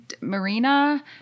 Marina